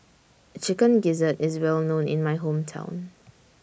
Chicken Gizzard IS Well known in My Hometown